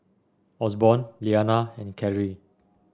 Osborn Liana and Cary